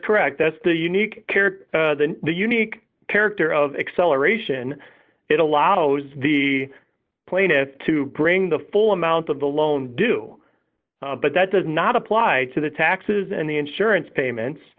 correct that's the unique character the unique character of acceleration it allows the plaintiffs to bring the full amount of the loan do but that does not apply to the taxes and the insurance payments